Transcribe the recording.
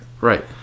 Right